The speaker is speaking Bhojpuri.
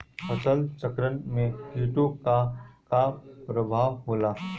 फसल चक्रण में कीटो का का परभाव होला?